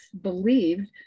believed